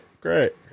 great